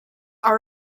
are